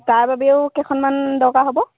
তাৰ বাবেও কেইখনমান দৰকাৰ হ'ব